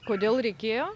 kodėl reikėjo